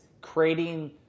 creating